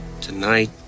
tonight